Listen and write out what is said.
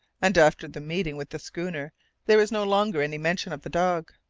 and after the meeting with the schooner there was no longer any mention of the dog.